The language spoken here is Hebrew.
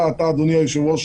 שלום לכולם, היום יום שני,